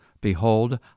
BEHOLD